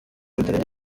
bitarenze